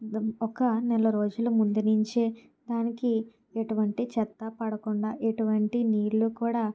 ఒక నెల రోజుల ముందు నుంచే దానికి ఎటువంటి చెత్త పడకుండా ఎటువంటి నీళ్ళు కూడా